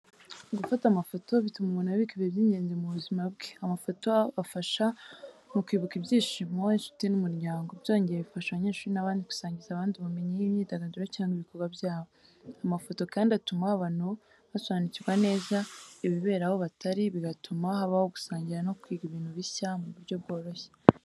Gufata amafoto bituma umuntu abika ibihe by’ingenzi mu buzima bwe. Amafoto afasha mu kwibuka ibyishimo, inshuti n’umuryango. Byongeye, bifasha abanyeshuri n’abandi gusangiza abandi ubumenyi, imyidagaduro cyangwa ibikorwa byabo. Amafoto kandi atuma abantu basobanukirwa neza ibibera aho batari, bigatuma habaho gusangira no kwiga ibintu bishya mu buryo bworoshye.